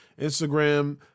Instagram